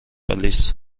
آلیس